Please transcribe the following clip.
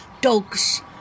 dogs